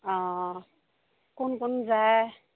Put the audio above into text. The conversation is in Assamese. অ কোন কোন যায়